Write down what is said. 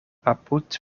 apud